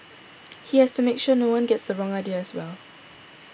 he has to make sure no one gets the wrong idea as well